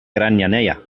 granyanella